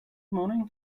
morning